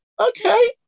okay